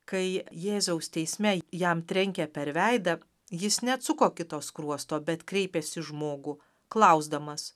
kai jėzaus teisme jam trenkė per veidą jis neatsuko kito skruosto bet kreipėsi žmogų klausdamas